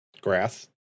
Grass